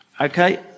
okay